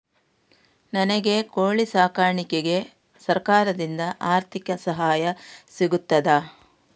ನನಗೆ ಕೋಳಿ ಸಾಕಾಣಿಕೆಗೆ ಸರಕಾರದಿಂದ ಆರ್ಥಿಕ ಸಹಾಯ ಸಿಗುತ್ತದಾ?